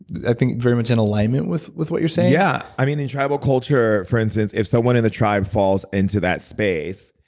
i think, very much in alignment with with what you're saying yeah. i mean, in tribal culture, for instance, if someone in the tribe falls into that space,